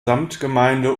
samtgemeinde